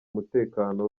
umutekano